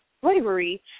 slavery